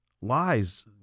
Lies